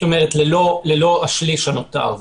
זאת אומרת, הכוונה ללא השליש הנותר.